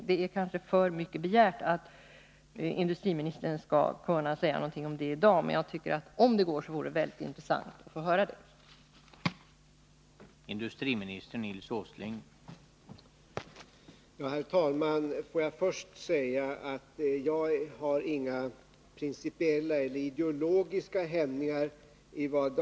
Det är kanske för mycket begärt att industriministern skall kunna säga någonting om dem i dag, men Nr 38 om det går tycker jag att det skulle vara väldigt intressant att få höra det. Fredagen den